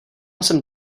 jsem